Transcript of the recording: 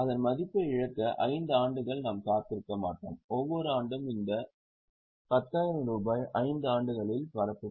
அதன் மதிப்பை இழக்க 5 ஆண்டுகள் நாம் காத்திருக்க மாட்டோம் ஒவ்வொரு ஆண்டும் இந்த 10000 ரூபாய் 5 ஆண்டுகளில் பரப்பப்படும்